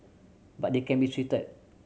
but they can be treated